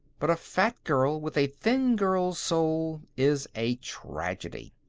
but a fat girl with a thin girl's soul is a tragedy.